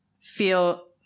feel